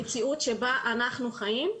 זו המציאות שבה אנחנו חיים.